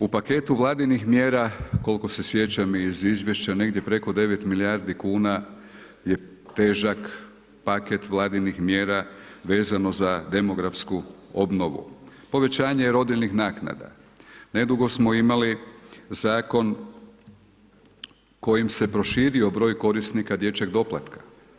U paketu Vladinih mjera, koliko se sjećam iz izvješća, negdje preko 9 milijardi kuna je težak paket Vladinih mjera vezano za demografsku obnovu, povećanje rodiljnih naknada, nedugo smo imali zakon kojim se proširio broj korisnika dječjeg doplatka.